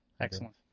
Excellent